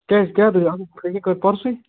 کیٛازِ کیٛاہ دٔلیٖل اتھ ہَے خٲلی کوٚر پرسُے